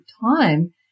time